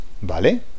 ¿Vale